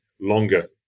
longer